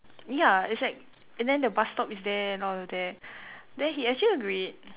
ya it's like and then the bus stop is there and all of that then he actually agreed